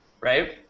right